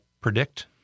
predict